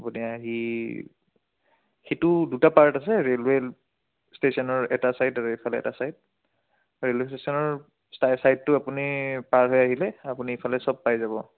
আপুনি আহি সেইটো দুটা পাৰ্ট আছে ৰে'লৱে ষ্টেচনৰ এটা ছাইড আৰু এইফালে এটা ছাইড ৰেলৱে ষ্টেচনৰ চাইডটো আপুনি পাৰ হৈ আহিলে আপুনি ইফালে চব পাই যাব